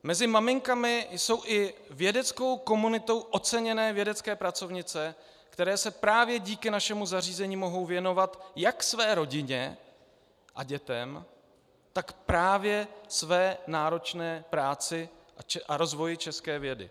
Mezi maminkami jsou i vědeckou komunitou oceněné vědecké pracovnice, které se právě díky našemu zařízení mohou věnovat jak své rodině a dětem, tak právě své náročné práci a rozvoji české vědy.